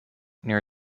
near